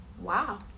Wow